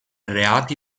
reati